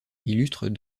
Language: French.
illustrent